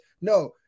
No